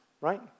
right